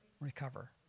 recover